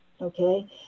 okay